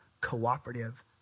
cooperative